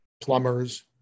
plumbers